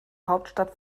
hauptstadt